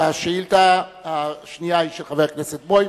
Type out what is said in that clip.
והשאילתא השנייה היא של חבר הכנסת בוים.